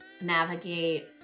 navigate